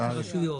הרשויות,